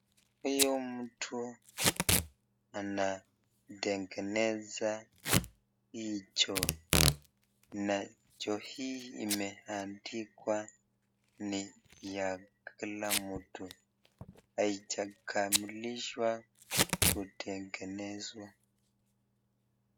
Hiyo mtu anatengeneza hii choo na choo hii imeandikwa ni ya kila mtu na haijakamilishwa kutengenezwa .